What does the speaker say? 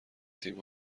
تیم